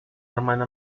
hermana